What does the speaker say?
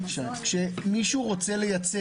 כשמישהו רוצה לייצא